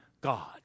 God